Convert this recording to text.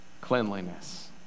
cleanliness